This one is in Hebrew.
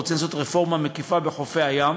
רוצים לעשות רפורמה מקיפה בחופי הים.